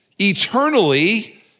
eternally